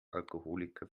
alkoholiker